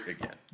again